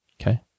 okay